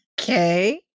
Okay